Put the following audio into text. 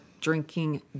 drinking